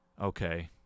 Okay